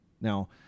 Now